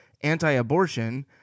anti-abortion